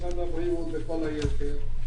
משרד הבריאות וכל היתר.